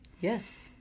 Yes